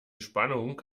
spannung